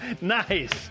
Nice